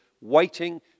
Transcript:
waiting